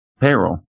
payroll